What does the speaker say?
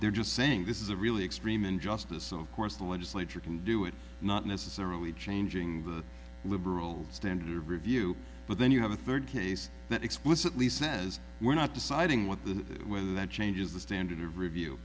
they're just saying this is a really extreme injustice of course the legislature can do it not necessarily changing the liberal standard of review but then you have a third case that explicitly says we're not deciding what the whether that changes the standard of review